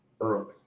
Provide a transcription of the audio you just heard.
early